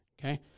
Okay